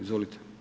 Izvolite.